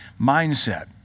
mindset